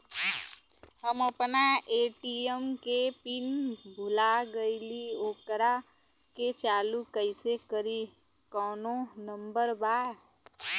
हम अपना ए.टी.एम के पिन भूला गईली ओकरा के चालू कइसे करी कौनो नंबर बा?